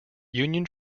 union